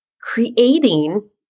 creating